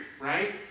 right